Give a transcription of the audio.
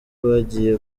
bagiye